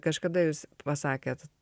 kažkada jūs pasakėt